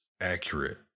accurate